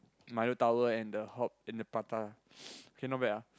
Milo tower and the hot and the prata K not bad ah